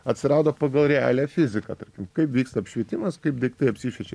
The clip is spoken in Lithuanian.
atsirado pagal realią fiziką tarkim kaip vyksta apšvietimas kaip daiktai apsišviečia